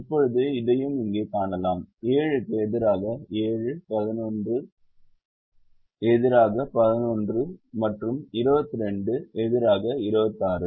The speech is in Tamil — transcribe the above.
இப்போது இதையும் இங்கே காணலாம் 7 எதிராக 7 11 எதிராக 11 மற்றும் 22 எதிராக 26